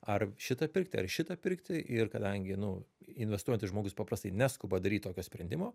ar šitą pirkti ar šitą pirkti ir kadangi nu investuojantis žmogus paprastai neskuba daryt tokio sprendimo